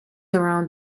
around